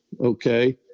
okay